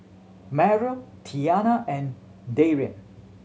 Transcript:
Mario Tiana and Darian